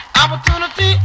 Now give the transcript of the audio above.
opportunity